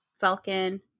Falcon